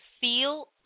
feel